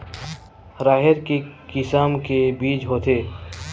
राहेर के किसम के बीज होथे?